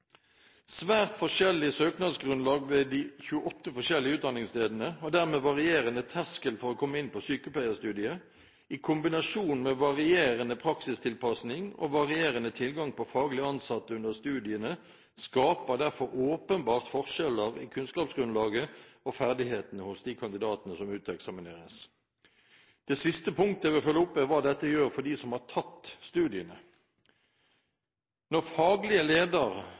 Svært forskjellig søknadsgrunnlag ved de 28 forskjellige utdanningsstedene, og dermed varierende terskel for å komme inn på sykepleierstudiet, i kombinasjon med varierende praksistilpasning og varierende tilgang på faglig ansatte under studiene skaper derfor åpenbart forskjeller i kunnskapsgrunnlaget og ferdighetene hos de kandidatene som uteksamineres. Det siste punktet jeg vil følge opp, er hva dette kan medføre for dem som har tatt studiene. Når faglige